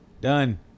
done